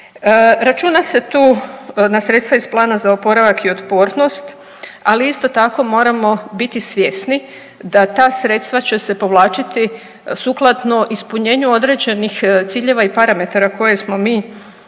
Računa se tu na sredstva iz Plana za oporavak i otpornost, ali isto tako moramo biti svjesni da ta sredstva će se povlačiti sukladno ispunjenu određenih ciljeva i parametara koje smo mi